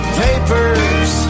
papers